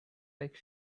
like